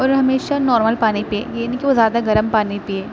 اور ہمیشہ نارمل پانی پیے یہ نہیں وہ زیادہ گرم پانی پیے